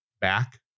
back